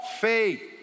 faith